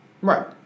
Right